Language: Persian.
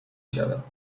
شود